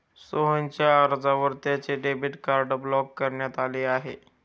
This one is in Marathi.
सोहनच्या अर्जावर त्याचे डेबिट कार्ड ब्लॉक करण्यात आले आहे